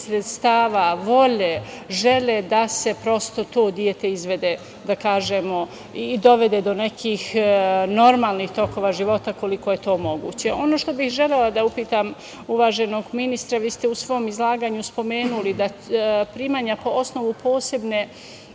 sredstava, volje, želje da se to dete izvede i dovede, da kažemo, do nekih normalnih tokova života koliko je to moguće. Ono što bih želela da upitam uvaženog ministra, vi ste u svom izlaganju spomenuli primanja po osnovu posebne